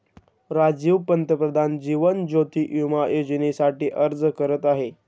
राजीव पंतप्रधान जीवन ज्योती विमा योजनेसाठी अर्ज करत आहे